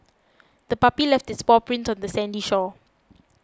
the puppy left its paw prints on the sandy shore